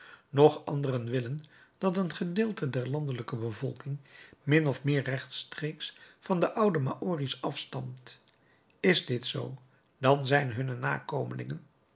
nog anderen willen dat een gedeelte der landelijke bevolking min of meer rechtstreeks van de oude maori's afstamt is dit zoo dan zijn hunne nakomelingen